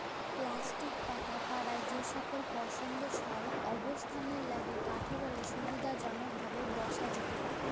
plastic পাটা পারায় যেকল পসন্দসই অবস্থালের ল্যাইগে কাঠেরলে সুবিধাজলকভাবে বসা যাতে পারহে